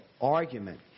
argument